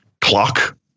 clock